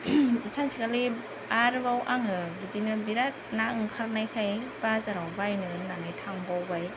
सानसेखालि आरोबाव आङो बिदिनो बिरात ना ओंखारनायखाय बाजाराव बायनो होननानै थांबावबाय